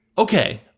Okay